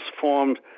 formed